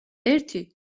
ერთი